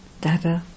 Dada